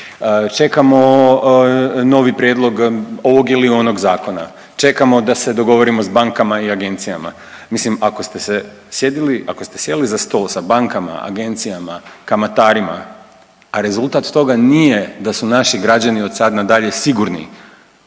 čekamo novi prijedlog ovog ili onog zakona, čekamo da se dogovorimo sa bankama i agencijama. Mislim ako ste sjeli za stol sa bankama, agencijama, kamatarima rezultat toga nije da su naši građani od sad na dalje sigurni,